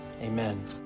Amen